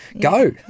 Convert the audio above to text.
Go